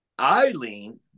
Eileen